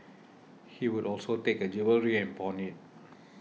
he would also take her jewellery and pawn it